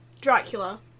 Dracula